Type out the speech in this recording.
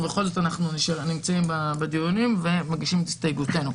ובכל זאת אנחנו נמצאים בדיונים ומגישים את הסתייגויותינו.